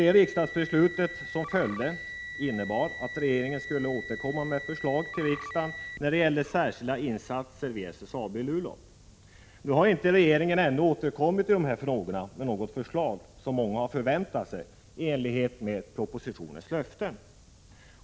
Det riksdagsbeslut som följde innebar att regeringen skulle återkomma med förslag till riksdagen när det gällde särskilda insatser vid SSAB i Luleå. Regeringen har ännu inte återkommit i dessa frågor med något förslag, som många har förväntat sig i enlighet med propositionens löfte.